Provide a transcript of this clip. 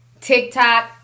TikTok